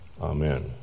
Amen